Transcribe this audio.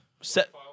set